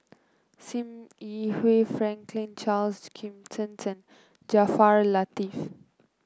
Sim Yi Hui Franklin Charles Gimson Jaafar Latiff